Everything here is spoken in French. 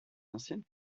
anciennes